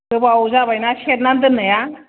गोबाव जाबायना सेरना दोननाया